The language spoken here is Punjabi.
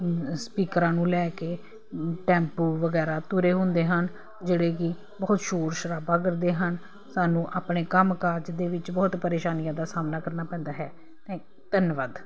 ਸਪੀਕਰਾਂ ਨੂੰ ਲੈ ਕੇ ਟੈਂਪੋ ਵਗੈਰਾ ਤੁਰੇ ਹੁੰਦੇ ਹਨ ਜਿਹੜੇ ਕਿ ਬਹੁਤ ਸ਼ੋਰ ਸ਼ਰਾਬਾ ਕਰਦੇ ਹਨ ਸਾਨੂੰ ਆਪਣੇ ਕੰਮ ਕਾਜ ਦੇ ਵਿੱਚ ਬਹੁਤ ਪਰੇਸ਼ਾਨੀਆਂ ਦਾ ਸਾਹਮਣਾ ਕਰਨਾ ਪੈਂਦਾ ਹੈ ਧੰਨਵਾਦ